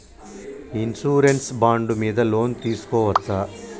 Insurance bond మీద loan తీస్కొవచ్చా?